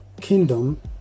kingdom